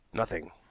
nothing.